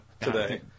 today